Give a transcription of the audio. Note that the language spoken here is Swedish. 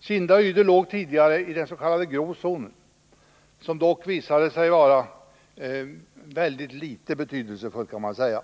Kinda och Ydre låg tidigare i den s.k. grå zonen, vilken dock visade sig ha mycket liten betydelse.